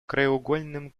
краеугольным